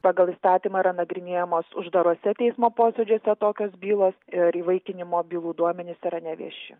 pagal įstatymą yra nagrinėjamos uždaruose teismo posėdžiuose tokios bylos ir įvaikinimo bylų duomenis yra nevieši